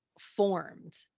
formed